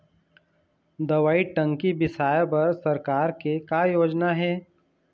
दवई टंकी बिसाए बर सरकार के का योजना हे?